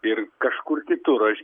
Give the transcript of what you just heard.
ir kažkur kitur aš